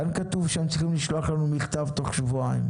כאן כתוב שהם צריכים לשלוח לנו מכתב תוך שבועיים,